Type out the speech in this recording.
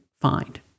find